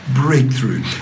breakthrough